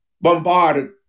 bombarded